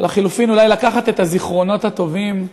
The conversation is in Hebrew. או לחלופין, אולי לקחת את הזיכרונות הטובים,